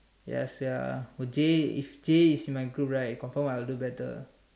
ya sia oh Jay if Jay is in my group right confirm I will do better